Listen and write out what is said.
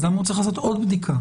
למה הוא צריך לעשות עוד בדיקה?